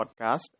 Podcast